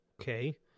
Okay